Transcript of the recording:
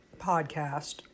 podcast